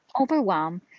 overwhelm